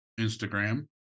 instagram